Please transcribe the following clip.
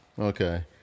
Okay